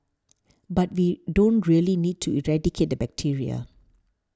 but we don't really need to eradicate the bacteria